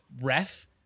ref